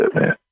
man